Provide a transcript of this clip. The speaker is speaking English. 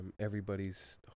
everybody's